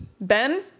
Ben